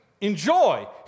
enjoy